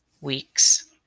weeks